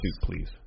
please